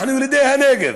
אנחנו ילידי הנגב,